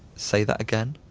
say that again!